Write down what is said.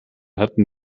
hatten